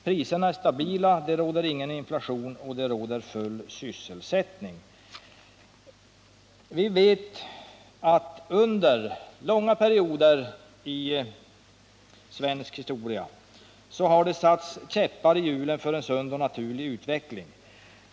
Priserna är stabila där, det förekommer ingen inflation och det råder full sysselsättning. Vi vet att det under långa perioder i svensk historia har satts käppar i hjulet för en sund och naturlig utveckling.